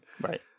Right